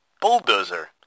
Bulldozer